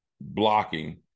blocking